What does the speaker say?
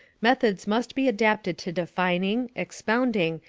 methods must be adapted to defining, expounding,